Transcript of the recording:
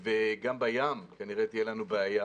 גם בים כנראה תהיה לנו בעיה